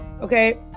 okay